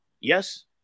Yes